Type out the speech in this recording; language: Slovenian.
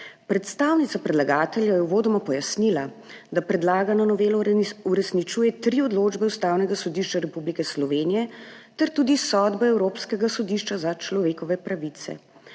Predstavnica predlagatelja je uvodoma pojasnila, da predlagana novela uresničuje tri odločbe Ustavnega sodišča Republike Slovenije ter tudi sodbe Evropskega sodišča za človekove pravice.